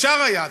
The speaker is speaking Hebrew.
אפשר היה,